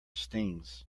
stings